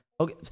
Okay